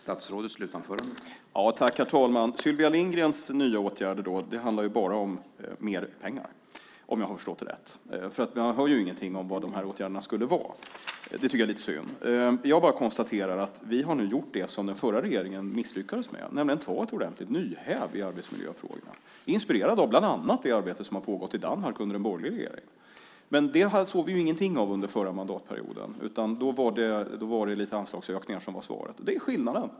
Herr talman! Sylvia Lindgrens nya åtgärder handlar bara om mer pengar, om jag har förstått det rätt. Jag hör ingenting om vad de här åtgärderna skulle vara. Det tycker jag är lite synd. Jag konstaterar att vi nu har gjort det som den förra regeringen misslyckades med, nämligen att ta ett ordentligt "nyhäv" i arbetsmiljöfrågorna. Vi är inspirerade av bland annat det arbete som har pågått i Danmark under en borgerlig regering. Men det såg vi ingenting av under den förra perioden, utan då var det lite anslagsökningar som var svaret. Det är skillnaden.